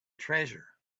treasure